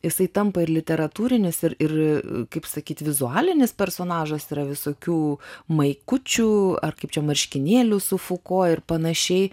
jisai tampa ir literatūrinis ir ir kaip sakyti vizualinis personažas yra visokių maikučių ar kaip čia marškinėlių su fuko ir panašiai